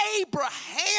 Abraham